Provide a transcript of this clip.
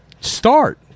start